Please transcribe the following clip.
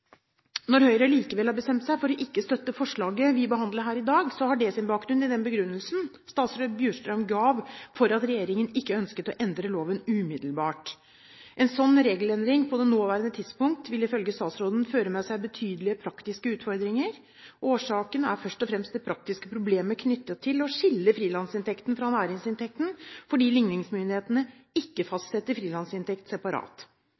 Når Høyre likevel har bestemt seg for ikke å støtte forslaget vi behandler her i dag, har det sin bakgrunn i den begrunnelsen tidligere statsråd Bjurstrøm ga for at regjeringen ikke ønsket å endre loven umiddelbart. En slik regelendring på det nåværende tidspunkt ville ifølge statsråden føre med seg betydelige praktiske utfordringer. Årsaken er først og fremst det praktiske problemet knyttet til å skille frilansinntekten fra næringsinntekten fordi ligningsmyndighetene ikke fastsetter frilansinntekt separat.